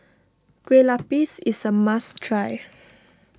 Kueh Lapis is a must try